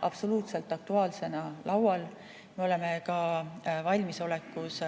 absoluutselt aktuaalsena laual. Me oleme ka valmisolekus